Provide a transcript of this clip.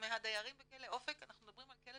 מהדיירים בכלא אופק אנחנו מדברים על כלא